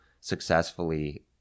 successfully